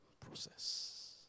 Process